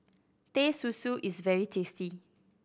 Teh Susu is very tasty